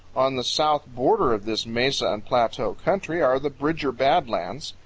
on the south border of this mesa and plateau country are the bridger bad lands,